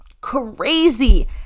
crazy